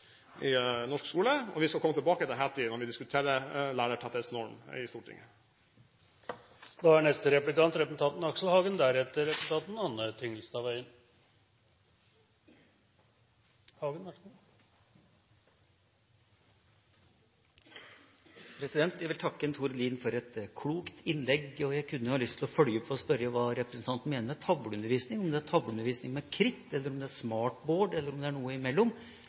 norsk skole. Vi skal komme tilbake til Hattie når vi diskuterer lærertetthetsnormen i Stortinget. Jeg vil takke Tord Lien for et klokt innlegg. Jeg har lyst til å følge opp ved å spørre hva representanten mener med tavleundervisning. Er det tavleundervisning med kritt, er det med smartboard, eller er det noe imellom? Men det kan kanskje Lien ta opp i sitt treminuttersinnlegg senere. Det